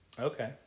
Okay